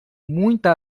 muita